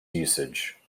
usage